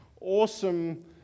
awesome